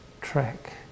track